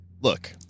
look